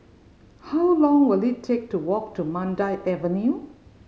how long will it take to walk to Mandai Avenue